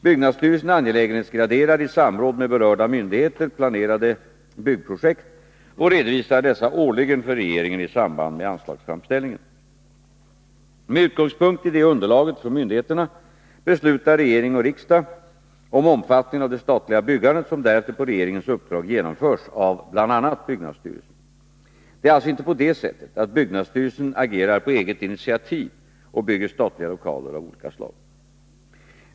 Byggnadsstyrelsen angelägenhetsgraderar i samråd med berörda myndigheter planerade byggprojekt och redovisar dessa årligen för regeringen i samband med anslagsframställningen. Med utgångspunkt i detta underlag från myndigheterna beslutar regering och riksdag om omfattningen av det statliga byggandet, som därefter på regeringens uppdrag genomförs av bl.a. byggnadsstyrelsen. Det är alltså inte på det sättet att byggnadsstyrelsen agerar på eget initiativ och bygger statliga lokaler av olika slag.